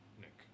Nick